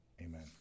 Amen